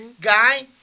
Guy